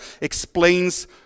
explains